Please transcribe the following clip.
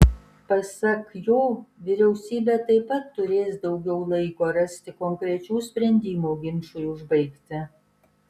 pasak jo vyriausybė taip pat turės daugiau laiko rasti konkrečių sprendimų ginčui užbaigti